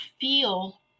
feel